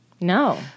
No